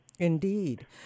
Indeed